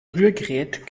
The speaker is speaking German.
rührgerät